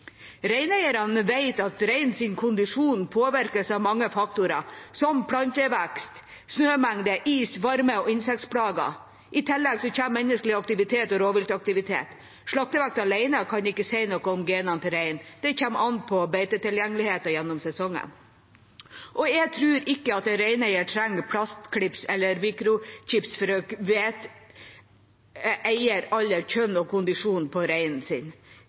Reineierne vet at reins kondisjon påvirkes av mange faktorer, som plantevekst, snømengde, is, varme og insektsplager. I tillegg kommer menneskelig aktivitet og rovviltaktivitet. Slaktevekt alene kan ikke si noe om genene til reinen, det kommer an på beitetilgjengeligheten gjennom sesongen. Jeg tror ikke reineierne trenger plastklips eller mikrochip for å vite eier, alder, kjønn og kondisjon på reinen sin.